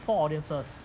four audiences